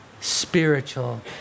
spiritual